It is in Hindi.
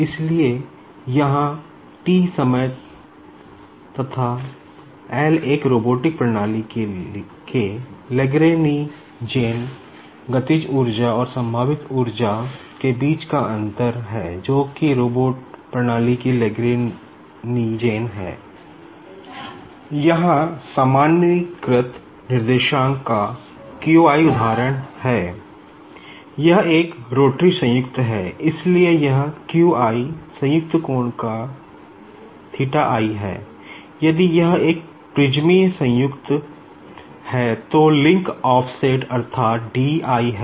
इसलिए यहाँ t समय तथा L एक रोबोटिक प्रणाली के लेग्रैनिजेन है तो लिंक ऑफसेट अर्थात di है